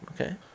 Okay